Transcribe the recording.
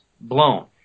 blown